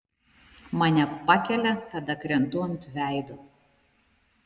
mane pakelia tada krentu ant veido